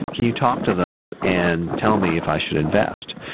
can you talk to them and tell me if i should invest?